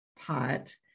pot